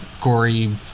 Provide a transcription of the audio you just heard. gory